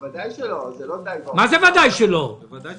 בוודאי שלא, בוודאי היא